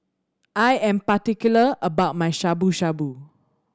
I am particular about my Shabu Shabu